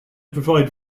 provide